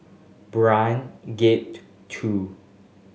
Brani Gate Two